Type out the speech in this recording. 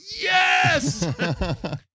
Yes